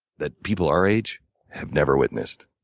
that people our age have never witnessed.